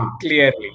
Clearly